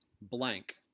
blank